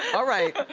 alright.